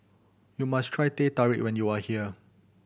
you must try Teh Tarik when you are here